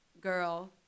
girl